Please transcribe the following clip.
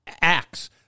acts